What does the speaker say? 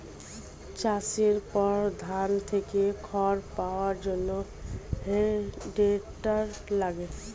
চাষের পর ধান থেকে খড় পাওয়ার জন্যে হে টেডার লাগে